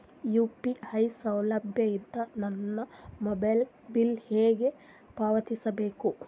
UPI ಸೌಲಭ್ಯ ಇಂದ ನನ್ನ ಮೊಬೈಲ್ ಬಿಲ್ ಹೆಂಗ್ ಪಾವತಿಸ ಬೇಕು?